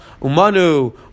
Umanu